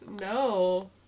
No